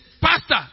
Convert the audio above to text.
pastor